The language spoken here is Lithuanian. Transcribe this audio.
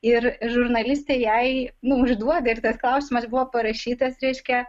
ir žurnalistė jai užduoda ir tas klausimas buvo parašytas reiškia